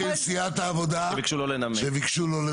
סיעת העבודה ביקשו לא לנמק.